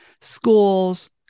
schools